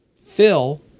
Phil